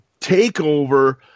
takeover